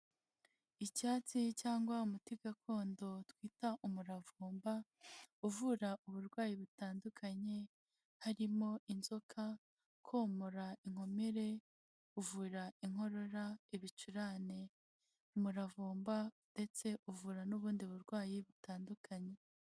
Icyatsi cyangwa umuti gakondo twita umuravumba uvura uburwayi butandukanye harimo inzoka, komora inkomere, uvura inkorora, ibicurane, umuravumba ndetse uvura n'ubundi burwayi butandukanye.